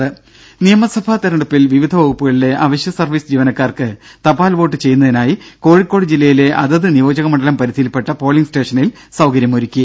ദേദ നിയമസഭാ തെരഞ്ഞെടുപ്പിൽ വിവിധ വകുപ്പുകളിലെ അവശ്യ സർവീസ് ജീവനക്കാർക്ക് തപാൽ വോട്ട് ചെയ്യുന്നതിനായി കോഴിക്കോട് ജില്ലയിലെ അതത് നിയോജക മണ്ഡലം പരിധിയിൽപ്പെട്ട പോളിംഗ് സ്റ്റേഷനിൽ സൌകര്യമൊരുക്കി